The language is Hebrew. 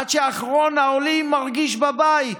עד שאחרון העולים מרגיש בבית,